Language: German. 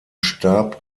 stab